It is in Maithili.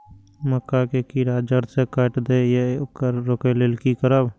मक्का के कीरा जड़ से काट देय ईय येकर रोके लेल की करब?